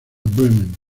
bremen